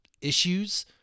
issues